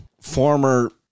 former